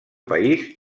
país